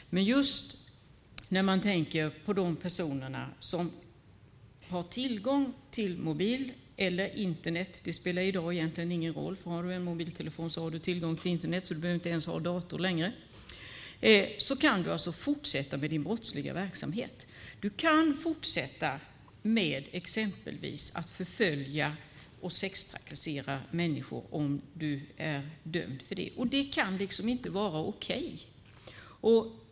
Men de personer som har tillgång till mobil eller Internet - i dag spelar det egentligen ingen roll, för har man en mobiltelefon har man tillgång till Internet, så man behöver inte ens ha dator längre - kan alltså fortsätta med sin brottsliga verksamhet. De kan fortsätta att exempelvis förfölja och sextrakassera människor om de är dömda för det. Det kan liksom inte vara okej.